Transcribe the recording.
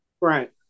Right